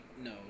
no